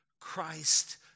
Christ